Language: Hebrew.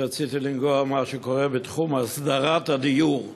רציתי לנגוע במה שקורה בתחום הסדרת הדיור.